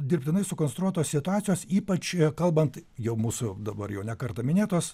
dirbtinai sukonstruotos situacijos ypač kalbant jau mūsų dabar jau ne kartą minėtos